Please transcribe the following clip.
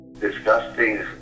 disgusting